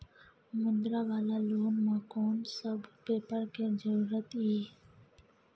मुद्रा वाला लोन म कोन सब पेपर के जरूरत इ?